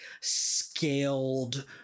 scaled